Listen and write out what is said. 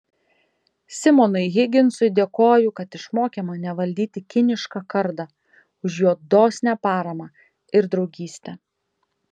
simonui higginsui dėkoju kad išmokė mane valdyti kinišką kardą už jo dosnią paramą ir draugystę